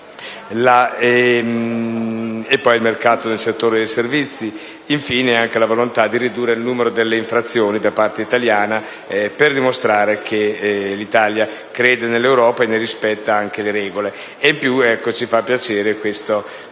E poi, il mercato nel settore dei servizi e, infine, la volontà di ridurre il numero delle infrazioni da parte italiana, per dimostrare che l'Italia crede nell'Europa e ne rispetta le regole. Ci fa, inoltre, piacere prendere atto